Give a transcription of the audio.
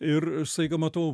ir staiga matau